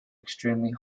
extremely